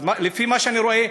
לפי מה שאני רואה,